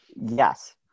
Yes